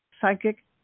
psychic